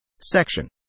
Section